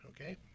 okay